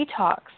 Detox